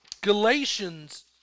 Galatians